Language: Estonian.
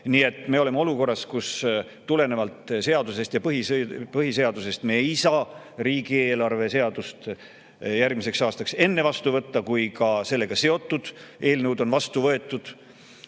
Nii et me oleme olukorras, kus tulenevalt seadusest ja põhiseadusest me ei saa järgmise aasta riigieelarve seadust enne vastu võtta, kui ka sellega seotud eelnõud on vastu võetud. Aga